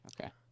Okay